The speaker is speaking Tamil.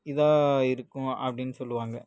இதா இருக்கும் அப்படின்னு சொல்லுவாங்க